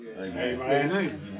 Amen